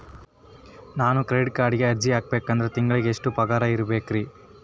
ನಾನು ಕ್ರೆಡಿಟ್ ಕಾರ್ಡ್ಗೆ ಅರ್ಜಿ ಹಾಕ್ಬೇಕಂದ್ರ ತಿಂಗಳಿಗೆ ಎಷ್ಟ ಪಗಾರ್ ಇರ್ಬೆಕ್ರಿ?